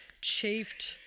chafed